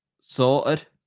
sorted